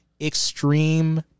extreme